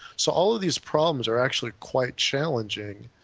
so all these problems are actually quite challenging.